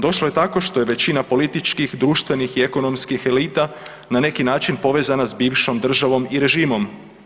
Došlo je tako što je većina političkih, društvenih i ekonomskih elita na neki način povezana s bivšom državom i režimom.